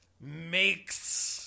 makes